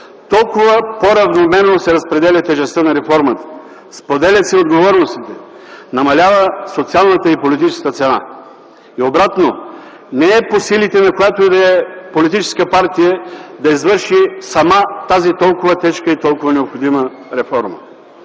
толкова по-равномерно се разпределя тежестта на реформата, споделят се отговорностите, намалява социалната и политическата цена. И обратно – не е по силите на която и да е политическа партия да извърши сама тази толкова тежка и толкова необходима реформа.